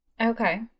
okay